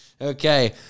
okay